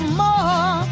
more